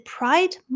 Pride